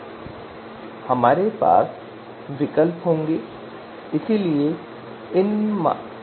इसलिए यदि मानदंड को अधिकतम किया जाना है तो अंकों को प्रत्येक कॉलम में उच्चतम मान से विभाजित किया जाता है जो प्रत्येक मानदंड के संबंध में होता है